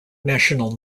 national